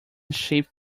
shaped